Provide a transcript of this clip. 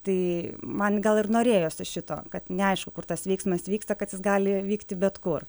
tai man gal ir norėjosi šito kad neaišku kur tas veiksmas vyksta kad jis gali vykti bet kur